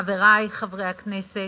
חברי חברי הכנסת,